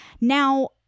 Now